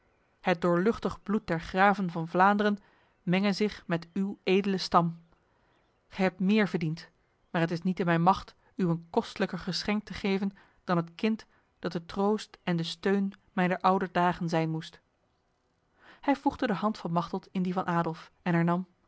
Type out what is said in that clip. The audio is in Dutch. het doorluchtig bloed der graven van vlaanderen menge zich met uw edele stam gij hebt meer verdiend maar het is niet in mijn macht u een kostelijker geschenk te geven dan het kind dat de troost en de steun mijner oude dagen zijn moest hij voegde de hand van machteld in die van adolf en